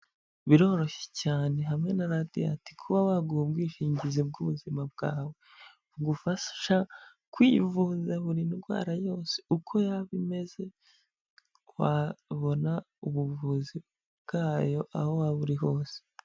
Biroroshye cyane hamwe na Radiyanti kuba baguha ubwishingizi bw'ubuzima bwawe bugufasha kwivuza buri ndwara yose uko yaba imeze wabona ubuvuzi bwayo aho waba uri hose.